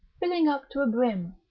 filling up to a brim.